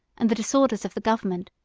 and the disorders of the government,